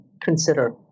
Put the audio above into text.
consider